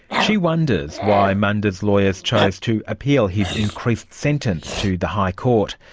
she wonders why munda's lawyers chose to appeal his increased sentence to the high court.